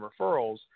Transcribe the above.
referrals